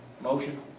motion